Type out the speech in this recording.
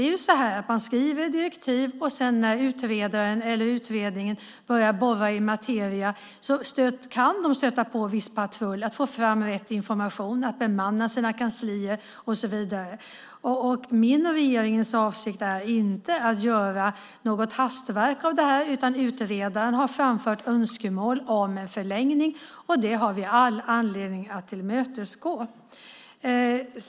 Man skriver direktiv, och sedan när utredaren eller utredningen börjar borra i materia kan de stöta på viss patrull när det gäller att få fram rätt information, bemanna sina kanslier och så vidare. Min och regeringens avsikt är inte att göra något hastverk av det här. Utredaren har framfört önskemål om en förlängning, och det har vi all anledning att tillmötesgå.